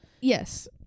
yes